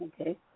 Okay